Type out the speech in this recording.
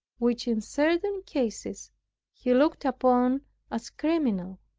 which in certain cases he looked upon as criminal.